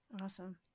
Awesome